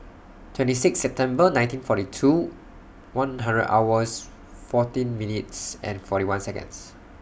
twenty six September nineteen forty two one hundred hours fourteen minutes and forty one Seconds